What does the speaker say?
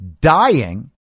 dying